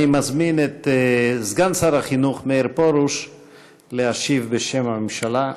אני מזמין את סגן שר החינוך מאיר פרוש להשיב בשם הממשלה.